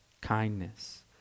kindness